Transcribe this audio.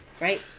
Right